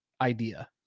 idea